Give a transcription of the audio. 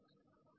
52 0